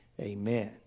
Amen